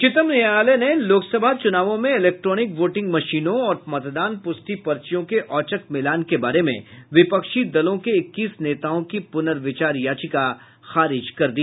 उच्चतम न्यायालय ने लोकसभा चुनावों में इलैक्ट्रॉनिक वोटिंग मशीनों और मतदान पुष्टि पर्चियों के औचक मिलान के बारे में विपक्षी दलों के इक्कीस नेताओं की प्नर्विचार याचिका खारिज कर दी